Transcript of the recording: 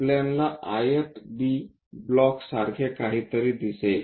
आपल्याला आयत B block सारखे काहीतरी दिसेल